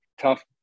tough